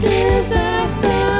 Disaster